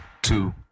two